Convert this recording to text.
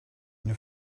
une